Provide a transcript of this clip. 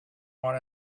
want